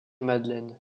madeleine